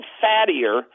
fattier